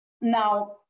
Now